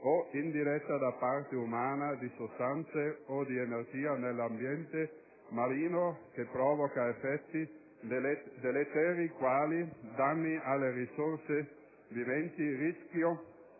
o indiretta da parte umana di sostanze o di energia nell'ambiente marino che provoca effetti deleteri quali danni alle risorse viventi, rischio